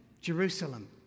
jerusalem